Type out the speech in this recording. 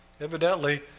evidently